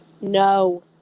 No